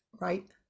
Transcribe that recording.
right